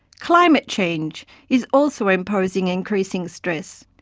climate change is also imposing increasing stress,